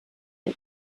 der